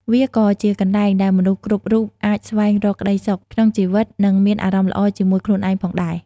វាក៏ជាកន្លែងដែលមនុស្សគ្រប់រូបអាចស្វែងរកក្តីសុខក្នុងជីវិតនិងមានអារម្មណ៍ល្អជាមួយខ្លួនឯងផងដែរ។